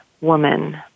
woman